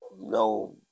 no